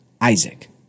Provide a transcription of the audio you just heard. Isaac